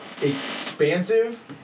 Expansive